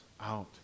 out